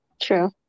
true